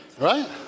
right